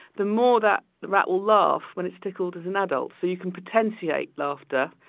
the more that the rat will laugh when it's tickled as an adult, so you can potentiate laughter,